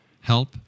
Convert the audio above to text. help